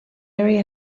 area